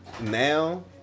now